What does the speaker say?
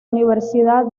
universidad